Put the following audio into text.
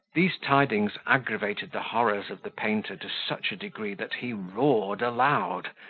these tidings aggravated the horrors of the painter to such a degree that he roared aloud,